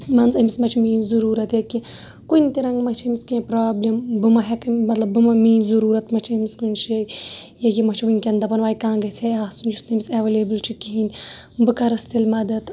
مان ژٕ أمِس ما چھِ میٲنۍ ضروٗرَت یا کینٛہہ کُنہِ تہِ رَنٛگہٕ ما چھِ أمِس کینٛہہ پرابلِم بہٕ ما ہیٚکہٕ مَطلَب بہٕ ما میٲنۍ ضروٗرَت ما چھِ أمِس کُنہِ جایہِ یا یہِ ما چھُ وٕنکٮ۪ن دَپان واے کانٛہہ گَژھ ہے آسُن یُس نہٕ أمِس ایٚویلیبٕل چھُ کِہِیٖنۍ بہٕ کَرَس تیٚلہِ مَدَد